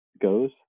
goes